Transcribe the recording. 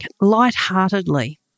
lightheartedly